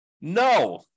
No